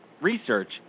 research